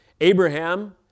Abraham